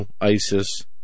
ISIS